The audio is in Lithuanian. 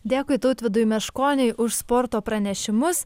dėkui tautvydui meškoniui už sporto pranešimus